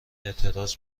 اعتراض